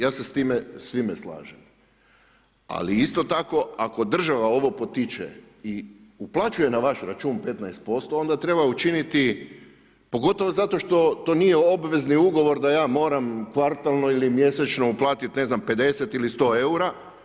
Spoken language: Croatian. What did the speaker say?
Ja se s time svime slažem, ali isto tako ako država ovo potiče i uplaćuje na vaš račun 15% onda treba učiniti pogotovo zato što to nije obvezni ugovor da ja moram kvartalno ili mjesečno uplatit ne znam 50 ili 100 eura.